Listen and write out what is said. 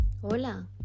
Hola